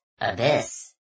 Abyss